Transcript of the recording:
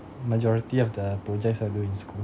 majority of the projects all do in school